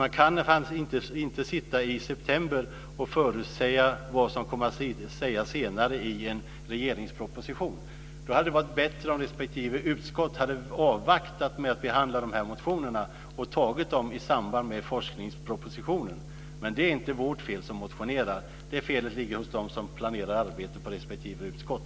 Man kan inte sitta i september och förutsäga vad som kommer att sägas senare i en proposition. Då hade det varit bättre om respektive utskott hade avvaktat med att behandla de här motionerna och behandlat dem i samband med forskningspropositionen. Men det här är inte vårt fel, vi som motionerar. Det här felet ligger i så fall hos dem som planerar arbetet på respektive utskott.